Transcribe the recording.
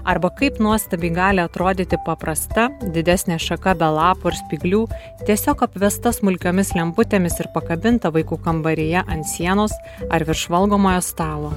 arba kaip nuostabiai gali atrodyti paprasta didesnė šaka be lapų ir spyglių tiesiog apvesta smulkiomis lemputėmis ir pakabinta vaikų kambaryje ant sienos ar virš valgomojo stalo